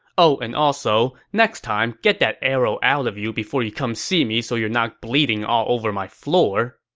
oh and also, next time get that arrow out of you before you come see me so you're not bleeding all over my floor